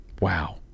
wow